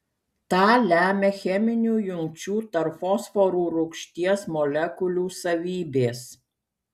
tą lemia cheminių jungčių tarp fosforo rūgšties molekulių savybės